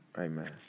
Amen